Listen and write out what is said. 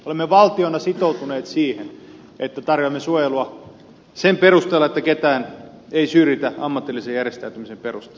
olemme valtiona sitoutuneet siihen että tarjoamme suojelua että ketään ei syrjitä ammatillisen järjestäytymisen perusteella